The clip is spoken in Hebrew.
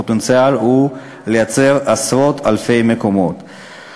הפוטנציאל הוא של ייצור עשרות אלפי מקומות עבודה.